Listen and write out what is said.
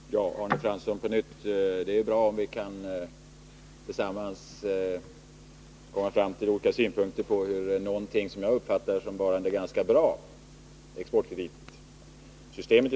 Fru talman! Till Arne Fransson vill jag på nytt säga att det är en fördel om vi tillsammans kan komma fram till olika synpunkter på någonting som jag uppfattar som varande ganska bra.